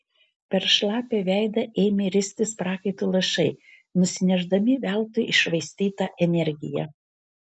per šlapią veidą ėmė ristis prakaito lašai nusinešdami veltui iššvaistytą energiją